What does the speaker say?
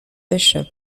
bishop